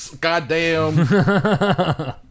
Goddamn